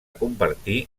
compartir